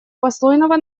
послойного